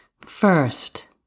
First